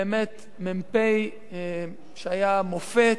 באמת, מ"פ שהיה מופת,